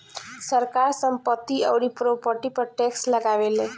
सरकार संपत्ति अउरी प्रॉपर्टी पर टैक्स लगावेला